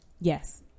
Yes